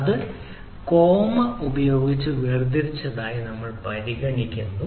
അത് കോമ ഉപയോഗിച്ച് വേർതിരിച്ചതായി നമ്മൾ പരിഗണിക്കുന്നു